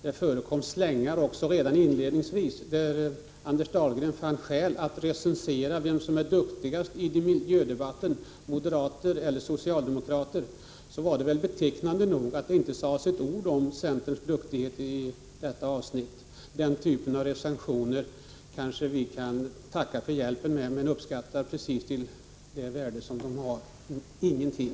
Det förekom slängar också inledningsvis, där Anders Dahlgren fann skäl att recensera vem som är duktigast i miljödebatten, moderater eller socialdemokrater. Det var väl betecknande att han inte sade ett ord om centerns duktighet i detta avsnitt. Vad gäller recensioner av den typen kanske vi kan tacka för hjälpen, men vi uppskattar dem precis till det värde som de har — ingenting.